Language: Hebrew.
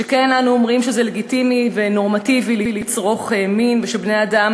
שכן אנו אומרים שזה לגיטימי ונורמטיבי לצרוך מין ושבני-אדם